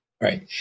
Right